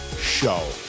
Show